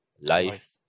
life